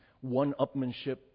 one-upmanship